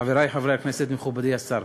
חברי חברי הכנסת, מכובדי השר,